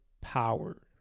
power